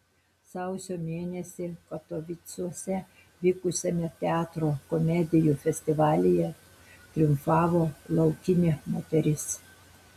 sausio mėnesį katovicuose vykusiame teatro komedijų festivalyje triumfavo laukinė moteris